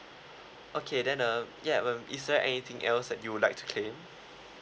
okay then uh ya wh~ is there anything else that you would like to claim